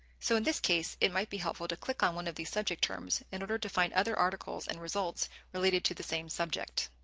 so in this case, it might be helpful to click on one of the subject terms in order to find other articles and results related to the same subject.